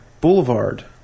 Boulevard